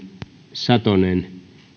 satonen